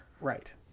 Right